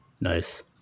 Nice